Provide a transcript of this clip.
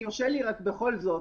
אם יורשה לי בכל זאת,